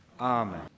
Amen